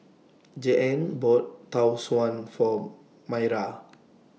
Jeanne bought Tau Suan For Mayra